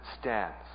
stands